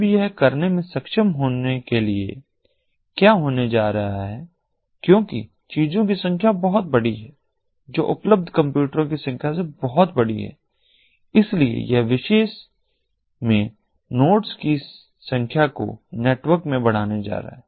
अब यह करने में सक्षम होने के लिए क्या होने जा रहा है क्योंकि चीजों की संख्या बहुत बड़ी है जो उपलब्ध कंप्यूटरों की संख्या से बहुत बड़ी है इसलिए यह इस विशेष में नोड्स की संख्या को नेटवर्क में बढ़ाने जा रहा है